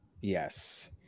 Yes